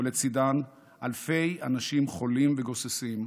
ולצידן אלפי אנשים חולים וגוססים,